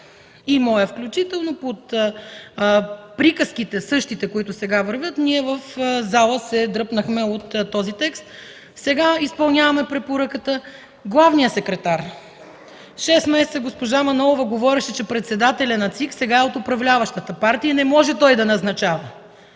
и моя включително, под приказките – същите, които сега вървят, ние в залата се дръпнахме от този текст. Сега изпълняваме препоръката. Главният секретар – шест месеца госпожа Манолова говореше, че председателят на ЦИК сега е от управляващата партия и не може той да назначава,